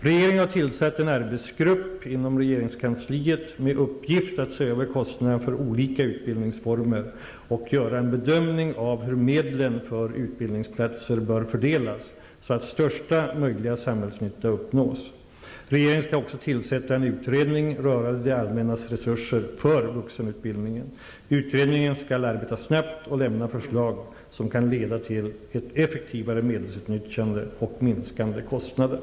Regeringen har tillsatt en arbetsgrupp inom regeringskansliet med uppgift att se över kostnaderna för olika utbildningsformer och göra en bedömning av hur medlen för utbildningsplatser bör fördelas så att största möjliga samhällsnytta uppnås. Regeringen skall också tillsätta en utredning rörande det allmännas resurser för vuxenutbildningen. Utredningen skall arbeta snabbt och lämna förslag som kan leda till ett effektivare medelsutnyttjande och minskade kostnader.